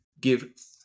give